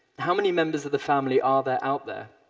how many members of the family are there out there?